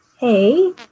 Hey